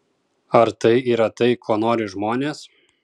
ar tai yra tai ko nori žmonės